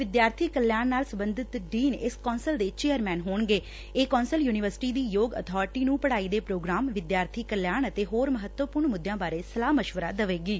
ਵਿਦਿਆਰਥੀ ਕਲਿਆਣ ਨਾਲ ਸਬੰਧਤ ਇਸ ਡੀਨ ਇਸ ਕੌ'ਸਲ ਦੇ ਚੇਅਰਮੈਨ ਹੋਣਗੇ ਇਹ ਕੌਂਸਲ ਯੁਨੀਵਰਸਿਟੀ ਦੀ ਯੋਗ ਅਬਾਰਟੀ ਨੂੰ ਪੜਾਈ ਦੇ ਧੋਗਰਾਮ ਵਿਦਿਆਰਥੀ ਕਲਿਆਣ ਅਤੇ ਹੋਰ ਮਹੱਤਵਪੁਰਨ ਮੁੱਦਿਆਂ ਬਾਰੇ ਸਲਾਹ ਮਸਵਰਾ ਦੇਵੇਗੀ